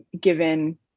given